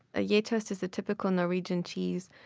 ah yeah geitost is a typical norwegian cheese.